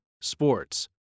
sports